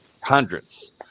hundreds